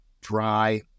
dry